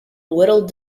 whittled